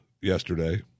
yesterday